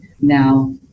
now